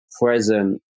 present